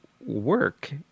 work